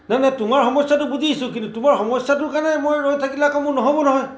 নাই নাই তোমাৰ সমস্যাটো বুজিছোঁ কিন্তু তোমাৰ সমস্যাটোৰ কাৰণে মই ৰৈ থাকিলে আকৌ মোৰ নহ'ব নহয়